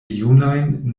junajn